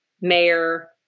mayor